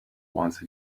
once